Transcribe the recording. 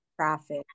traffic